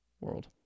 world